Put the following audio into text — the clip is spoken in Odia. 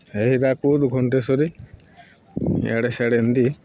ହେ ହୀରାକୁଦ୍ ଘଣ୍ଟେଶ୍ଵରୀ ଇଆଡ଼େ ସିଆଡ଼େ ଏମିତି